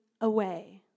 away